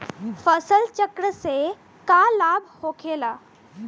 फसल चक्र से का लाभ होखेला?